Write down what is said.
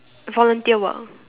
volunteer work